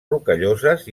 rocalloses